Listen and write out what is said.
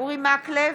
אורי מקלב,